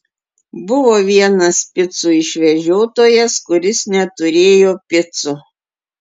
buvo vienas picų išvežiotojas kuris neturėjo picų